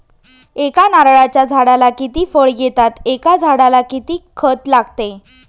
एका नारळाच्या झाडाला किती फळ येतात? एका झाडाला किती खत लागते?